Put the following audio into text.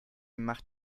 macht